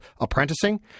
apprenticing